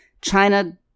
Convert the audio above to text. China